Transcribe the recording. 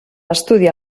estudiar